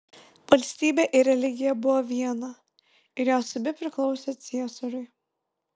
valstybė ir religija buvo viena ir jos abi priklausė ciesoriui